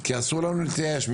שאסור לנו להתייאש.